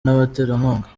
n’abaterankunga